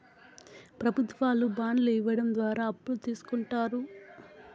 ప్రభుత్వాలు బాండ్లు ఇవ్వడం ద్వారా అప్పులు తీస్కుంటారు